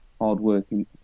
hard-working